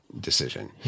decision